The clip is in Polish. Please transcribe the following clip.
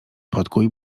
podkuj